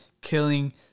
killing